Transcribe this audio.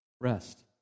Rest